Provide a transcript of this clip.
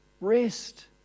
rest